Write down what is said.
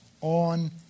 on